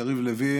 נו, תוציא אותנו.